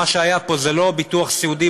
מה שהיה פה זה לא ביטוח סיעודי.